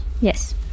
Yes